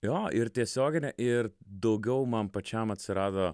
jo ir tiesioginę ir daugiau man pačiam atsirado